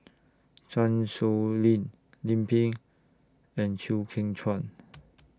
Chan Sow Lin Lim Pin and Chew Kheng Chuan